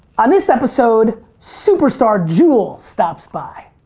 on this episode, superstar jewel stops by.